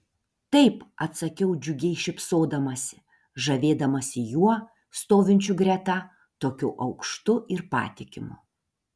taip atsakiau džiugiai šypsodamasi žavėdamasi juo stovinčiu greta tokiu aukštu ir patikimu